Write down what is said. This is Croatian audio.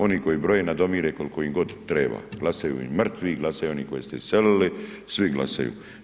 Oni koji broje nadomire koliko im god treba, glasaju im mrtvi, glasaju oni koji ste iselili, svi glasaju.